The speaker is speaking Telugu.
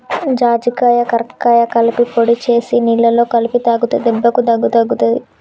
జాజికాయ కరక్కాయ కలిపి పొడి చేసి నీళ్లల్ల కలిపి తాగితే దెబ్బకు దగ్గు తగ్గుతది